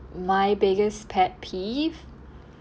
my biggest pet peeve